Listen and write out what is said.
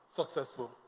successful